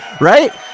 Right